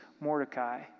Mordecai